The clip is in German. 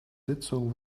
sitzung